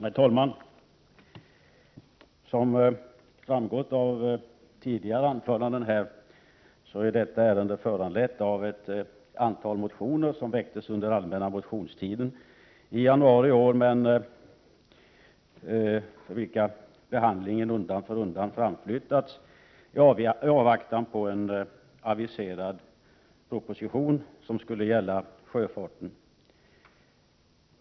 Herr talman! Som framgått av tidigare anföranden är detta ärende föranlett av ett antal motioner som väcktes under den allmänna motionstiden i januari i år, men vilkas behandling undan för undan framflyttats i avvaktan på en aviserad proposition om sjöfart.